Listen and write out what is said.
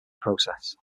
process